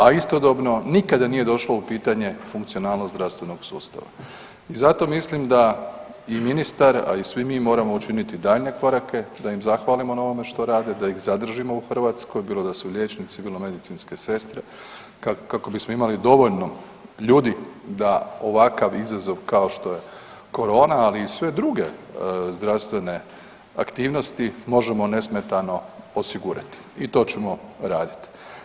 A istodobno nikada nije došlo u pitanje funkcionalnost zdravstvenog sustava i zato mislim da i ministar, a i svi mi moramo učiniti daljnje korake da im zahvalimo na ovome što rade, da ih zadržimo u Hrvatskoj, bilo da su liječnici, bilo medicinske sestre, kako bismo imali dovoljno ljudi da ovakav izazov kao što je korona, ali i sve druge zdravstvene aktivnosti možemo nesmetano osigurati i to ćemo raditi.